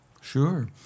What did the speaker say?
Sure